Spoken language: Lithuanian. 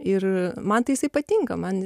ir man tai jisai patinka man